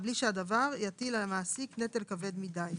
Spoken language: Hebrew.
בלי שהדבר יטיל על המעסיק נטל כבד מדי.